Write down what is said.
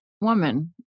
woman